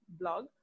blog